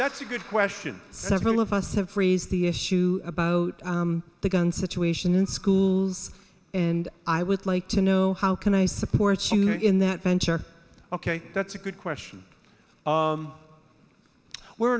that's a good question several of us have raised the issue about the gun situation in schools and i would like to know how can i support sure in that venture ok that's a good question we're